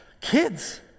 Kids